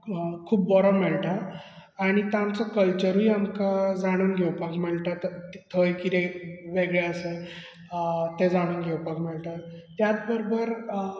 खूब बरो मेळटा आनी तांचो कल्चरूय आमकांं जाणून घेवपाक मेळटा थ थंय कितें वेगळे आसा अ ते जाणून घेवपाक मेळटा त्याच बरोबर